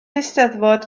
eisteddfod